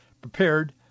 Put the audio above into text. prepared